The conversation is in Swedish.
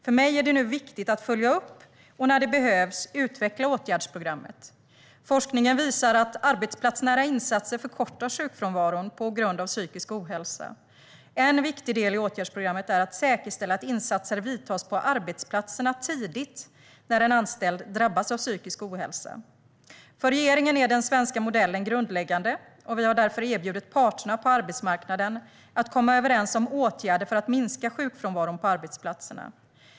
För mig är det nu viktigt att följa upp och när det behövs utveckla åtgärdsprogrammet. Forskningen visar att arbetsplatsnära insatser förkortar sjukfrånvaron på grund av psykisk ohälsa. En viktig del i åtgärdsprogrammet är att säkerställa att insatser vidtas tidigt på arbetsplatserna när en anställd drabbas av psykisk ohälsa. För regeringen är den svenska modellen grundläggande, och vi har därför erbjudit parterna på arbetsmarknaden att komma överens om åtgärder för att minska sjukfrånvaron på arbetsplatserna.